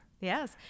yes